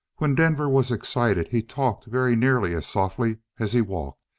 when denver was excited he talked very nearly as softly as he walked.